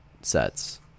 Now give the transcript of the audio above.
sets